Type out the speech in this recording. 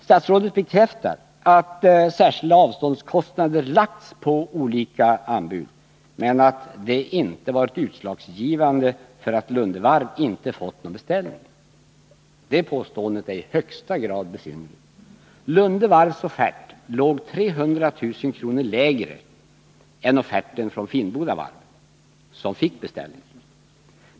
Statsrådet bekräftar att särskilda avståndskostnader lagts på olika anbud, men att detta inte varit utslagsgivande för att Lunde Varv inte fått någon beställning. Det påståendet är i högsta grad besynnerligt. Lunde Varvs offert låg 300 000 kr. lägre än offerten från Finnboda Varf, som fick beställningen.